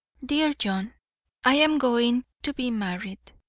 dear john i am going to be married.